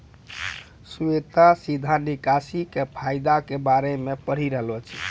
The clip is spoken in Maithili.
श्वेता सीधा निकासी के फायदा के बारे मे पढ़ि रहलो छै